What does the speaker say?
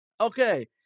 Okay